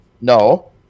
No